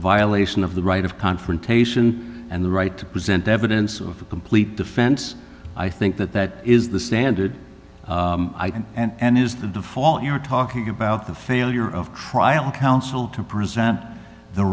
violation of the right of confrontation and the right to present evidence of a complete defense i think that that is the standard and is the default you're talking about the failure of trial counsel to present the